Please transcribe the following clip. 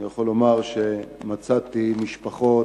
אני יכול לומר שמצאתי משפחות,